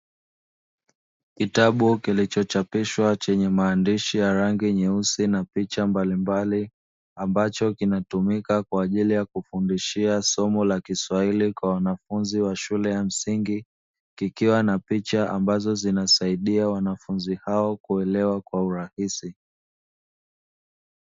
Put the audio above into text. Kitabu kilichochapishwa chenye maandishi ya rangi nyeusi na picha mbalimbali, ambacho kinatumika kwa ajili ya kufundishia somo la kiswahili kwa wanafunzi wa shule ya msingi, kikiwa na picha ambazo zinasaidia wanafunzi hao kuelewa kwa urahisi.